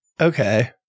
Okay